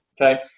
okay